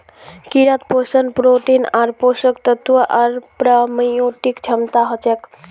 कीड़ात पोषण प्रोटीन आर पोषक तत्व आर प्रोबायोटिक क्षमता हछेक